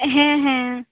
ᱦᱮᱸ ᱦᱮᱸ